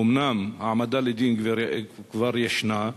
אומנם העמדה לדין כבר ישנה,